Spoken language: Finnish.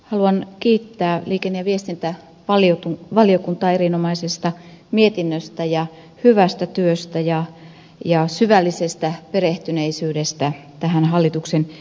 haluan kiittää liikenne ja viestintävaliokuntaa erinomaisesta mietinnöstä ja hyvästä työstä ja syvällisestä perehtyneisyydestä tähän hallituksen esitykseen